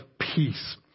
peace